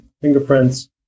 fingerprints